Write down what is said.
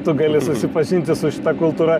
tu gali susipažinti su šita kultūra